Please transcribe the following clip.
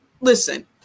Listen